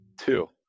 Two